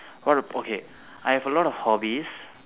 what uh okay I have a lot of hobbies